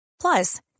Plus